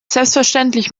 selbstverständlich